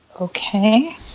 Okay